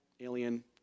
Alien